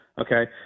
Okay